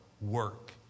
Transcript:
work